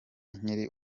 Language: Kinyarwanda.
nkiri